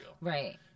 right